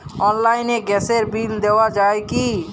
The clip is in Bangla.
অনলাইনে গ্যাসের বিল দেওয়া যায় কি?